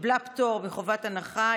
קיבלה פטור מחובת הנחה.